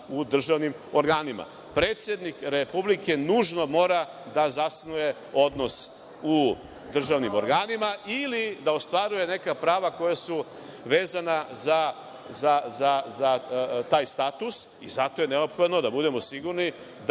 u državnim organima, predsednik Republike nužno mora da zasnuje odnos u državnim organima ili da ostvaruje neka prava koja su vezana za taj status i zato je neophodno da budemo sigurni da